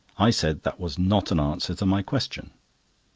i said that was not an answer to my question.